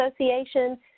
association